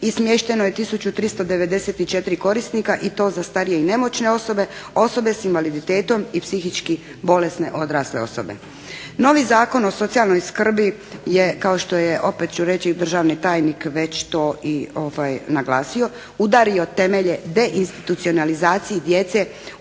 smješteno je 1394 korisnika i to za starije i nemoćne osobe, osobe sa invaliditetom i psihički bolesne odrasle osobe. Novi Zakon o socijalnoj skrbi je kao što je opet ću reći državni tajnik već to i naglasio udario temelje deinstitucionalizaciji djece u dobi